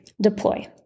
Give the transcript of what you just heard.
Deploy